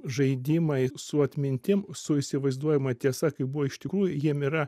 žaidimai su atmintim su įsivaizduojama tiesa kaip buvo iš tikrųjų jiem yra